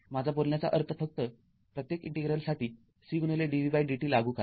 माझा बोलण्याचा अर्थ फक्त प्रत्येक इंटिग्रलसाठी Cdvdt लागू करा